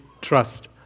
trust